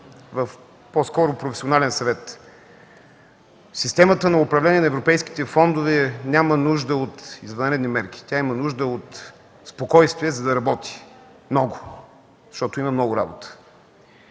ми по-скоро в професионален съвет – системата на управление на европейските фондове няма нужда от извънредни мерки, тя има нужда от спокойствие, за да работи много. Защото има много работа.